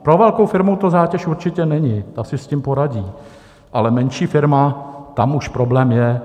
Pro velkou firmu to zátěž určitě není, ta si s tím poradí, ale menší firma, tam už problém je.